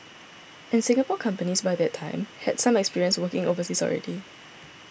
and Singapore companies by that time had some experience working overseas already